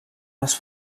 les